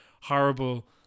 horrible